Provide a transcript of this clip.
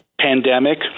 pandemic